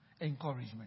encouragement